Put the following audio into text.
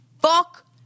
fuck